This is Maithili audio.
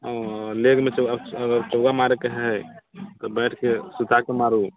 आओर लेगमे अगर चौका मारैके है तऽ बैटके सुताके मारू